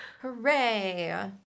Hooray